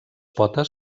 potes